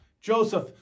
Joseph